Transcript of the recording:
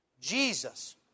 Jesus